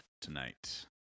tonight